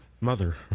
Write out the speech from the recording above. Mother